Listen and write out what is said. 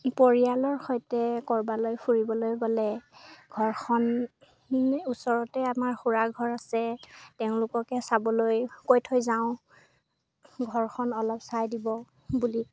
পৰিয়ালৰ সৈতে ক'ৰবালৈ ফুৰিবলৈ গ'লে ঘৰখনৰ ওচৰতে আমাৰ খুৰাৰ ঘৰ আছে তেওঁলোককে চাবলৈ কৈ থৈ যাওঁ ঘৰখন অলপ চাই দিব বুলি